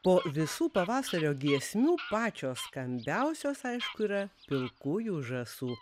po visų pavasario giesmių pačios skambiausios aišku yra pilkųjų žąsų